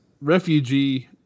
Refugee